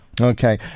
Okay